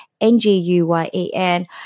N-G-U-Y-E-N